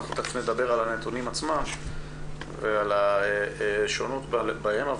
מיד נדבר על הנתונים עצמם ועל השונות בהם.